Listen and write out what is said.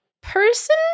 person